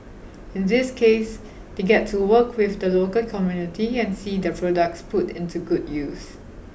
in this case they get to work with the local community and see their products put into good use